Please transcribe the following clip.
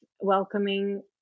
welcoming